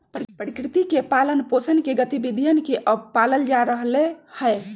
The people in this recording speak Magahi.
प्रकृति के पालन पोसन के गतिविधियन के अब पाल्ल जा रहले है